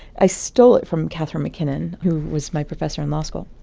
i stole it from catherine mckinnon, who was my professor in law school.